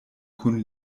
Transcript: kun